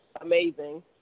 amazing